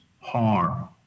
harm